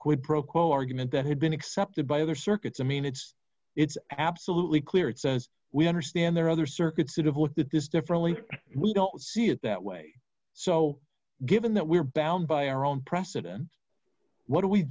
quid pro quo argument that had been accepted by other circuits i mean it's it's absolutely clear it says we understand there are other circuits who did this differently we don't see it that way so given that we're bound by our own precedent what do we